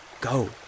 go